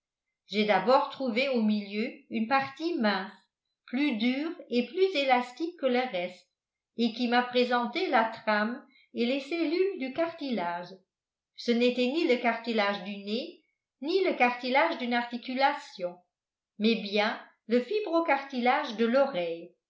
j'ai d'abord trouvé au milieu une partie mince plus dure et plus élastique que le reste et qui m'a présenté la trame et les cellules du cartilage ce n'était ni le cartilage du nez ni le cartilage d'une articulation mais bien le fibro cartilage de l'oreille